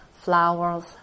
flowers